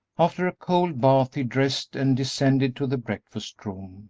after a cold bath he dressed and descended to the breakfast-room.